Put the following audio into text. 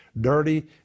dirty